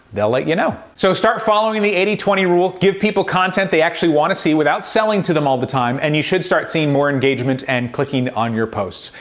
they'll let you know. so start following the eighty twenty rule, give people content they actually want to see without selling to them all the time, and you should start seeing more engagement, and clicking on your posts.